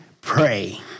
pray